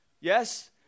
Yes